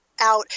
out